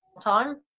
time